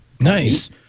Nice